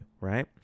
Right